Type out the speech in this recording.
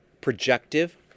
projective